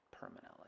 permanently